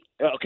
okay